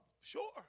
Sure